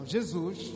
Jesus